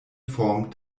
form